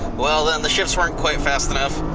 well then the shifts weren't quite fast enough,